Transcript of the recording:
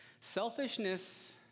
Selfishness